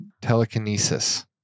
telekinesis